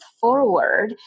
forward